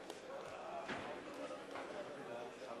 רחל אדטו,